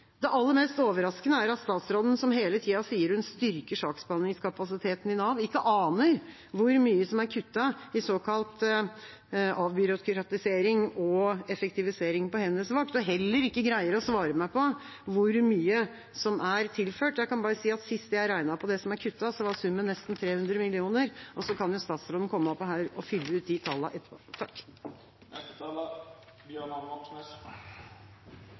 Det aller mest overraskende er at statsråden, som hele tida sier hun styrker saksbehandlingskapasiteten i Nav, ikke aner hvor mye som er kuttet i såkalt avbyråkratisering og effektivisering på hennes vakt, og heller ikke greier å svare meg på hvor mye som er tilført. Jeg kan bare si at sist jeg regnet på det som er kuttet, var summen nesten 300 mill. kr. Så kan jo statsråden komme opp her og fylle ut de tallene etterpå.